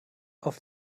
auf